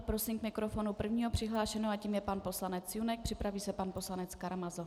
Prosím k mikrofonu prvního přihlášeného a tím je pan poslanec Junek, připraví se pan poslanec Karamazov.